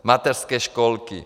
Mateřské školky.